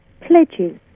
pledges